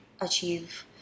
achieve